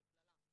כקללה.